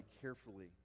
carefully